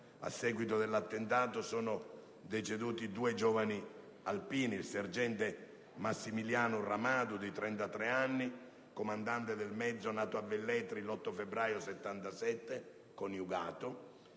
a seguito dell'attentato sono deceduti due giovani alpini: il sergente Massimiliano Ramadù, di 33 anni, comandante del mezzo, nato a Velletri l'8 febbraio 1977, coniugato,